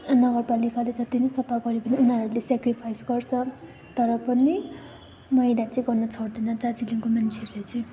नगरपालिकाले जत्ति नै सफा गरे पनि उनीहरूले सेक्रिफाइस गर्छ तर पनि मैला चाहिँ गर्न छोड्दैन दार्जिलिङको मान्छेहरूले चाहिँ